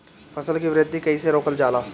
फसल के वृद्धि कइसे रोकल जाला?